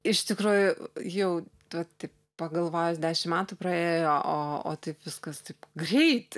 iš tikrųjų jau vat taip pagalvojus dešim metų praėjo o o taip viskas taip greitai